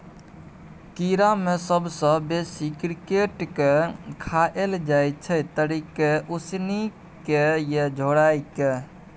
कीड़ा मे सबसँ बेसी क्रिकेट केँ खाएल जाइ छै तरिकेँ, उसनि केँ या झोराए कय